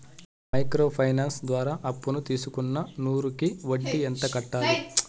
Micro finance ద్వారా అప్పును తీసుకున్న నూరు కి వడ్డీ ఎంత కట్టాలి?